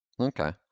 Okay